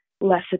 less